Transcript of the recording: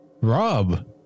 Rob